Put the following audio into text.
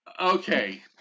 Okay